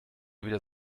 wieder